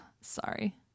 sorry